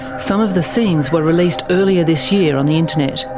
some of the scenes were released earlier this year on the internet.